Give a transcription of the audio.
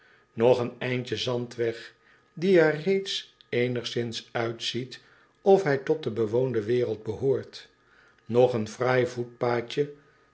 nog een eindje zandweg die er reeds eenigszins uitziet of hij tot de bewoonde wereld behoort nog een fraai voetpadje